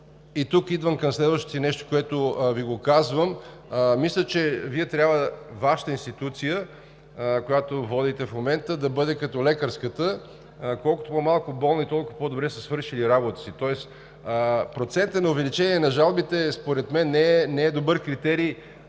Тук идвам към следващото нещо, което Ви го казвам, мисля, че Вашата институция, която водите в момента, трябва да бъде като лекарската – колкото по-малко болни, толкова по-добре сте си свършили работата, тоест процентът на увеличение на жалбите според мен не е добър критерий